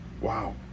Wow